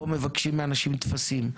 פה מבקשים מאנשים טפסים.